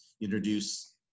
introduce